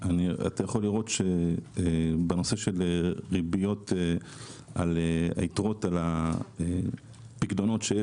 אתה יכול לראות שבנושא של ריביות על יתרות על הפיקדונות שיש